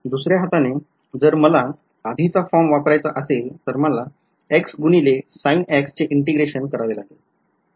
दुसऱ्या हाताने जर मला आधीच फॉर्म वापरायचा असेल तर मला X गुणिले sin चे integration करावे लागेल